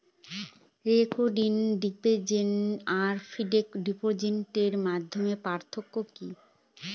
Recurring deposit আর fixed ডিপোজিটের মধ্যে পার্থক্য কি?